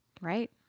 right